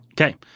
Okay